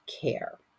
care